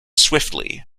swiftly